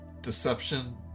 Deception